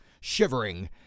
shivering